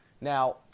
Now